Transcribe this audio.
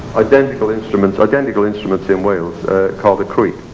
identical instrument identical instrument in wales called the crwth.